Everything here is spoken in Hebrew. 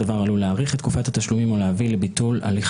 הדבר עלול להאריך את תקופת התשלומים או להביא לביטול הליך